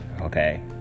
Okay